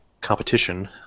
competition